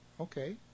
Okay